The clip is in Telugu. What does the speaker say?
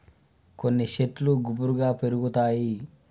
కొన్ని శెట్లు గుబురుగా పెరుగుతాయి